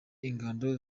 ingando